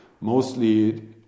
mostly